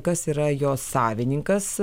kas yra jos savininkas